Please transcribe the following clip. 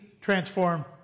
transform